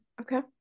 Okay